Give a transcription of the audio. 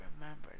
remember